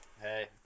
Hey